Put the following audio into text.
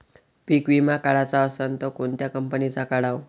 पीक विमा काढाचा असन त कोनत्या कंपनीचा काढाव?